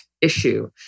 issue